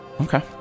Okay